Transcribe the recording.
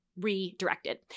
redirected